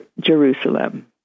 Jerusalem